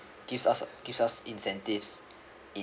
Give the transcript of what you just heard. gives us gives us incentives in